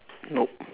nope